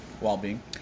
well-being